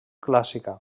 clàssica